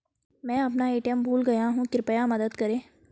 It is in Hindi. मैं अपना ए.टी.एम भूल गया हूँ, कृपया मदद करें